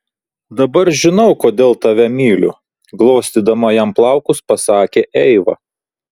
dabar žinau kodėl tave myliu glostydama jam plaukus pasakė eiva